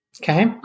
Okay